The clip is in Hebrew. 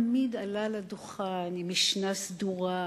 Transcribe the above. תמיד עלה על הדוכן עם משנה סדורה,